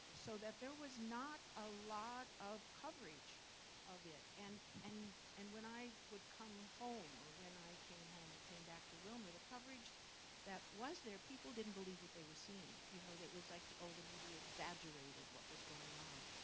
so that there was not a lot of coverage of it. and and and when i would come home or when i came home and came back to willmar, the coverage that was there people didn't believe what they were seeing. you know? it was like, oh, the media exaggerated what was going on.